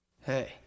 Hey